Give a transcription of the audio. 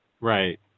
Right